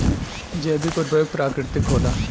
जैविक उर्वरक प्राकृतिक होला